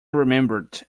remembered